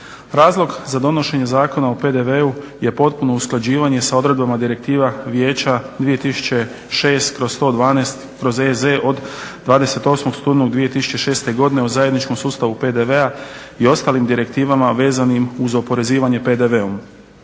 Razlog za donošenje Zakona o PDV-u je potpuno usklađivanje sa odredbama direktiva Vijeća 2006/112/EZ od 28. studenog 2006. godine o zajedničkom sustavu PDV-a i ostalim direktivama vezanim uz oporezivanje PDV-om.